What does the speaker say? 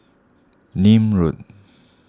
Nim Road